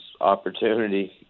opportunity